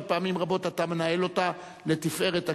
שפעמים רבות אתה מנהל אותה לתפארת הכנסת,